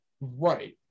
Right